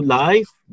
life